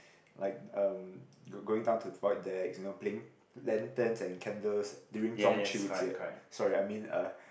like uh go going down to the void decks you know playing lanterns and candles during 中秋节 sorry I mean uh